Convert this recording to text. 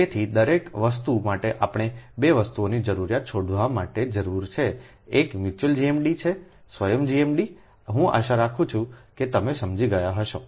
તેથી દરેક વસ્તુ માટે આપણે 2 વસ્તુઓની જરૂરિયાત શોધવા માટે જરૂર છે એક મ્યુચ્યુઅલ GMD છે સ્વયં GMD I આશા રાખું છું કે તમે સમજી ગયા છો